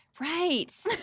Right